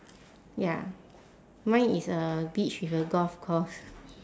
ya mine is a beach with a golf course